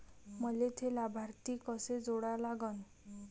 मले थे लाभार्थी कसे जोडा लागन?